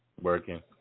working